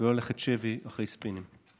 ולא ללכת שבי אחרי ספינים.